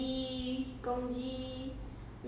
yesterday 那个